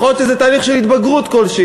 ויכול להיות שזה תהליך של התבגרות כלשהי,